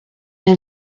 you